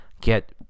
get